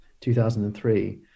2003